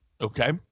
Okay